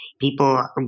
people